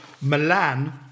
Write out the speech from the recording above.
Milan